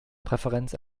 präferenz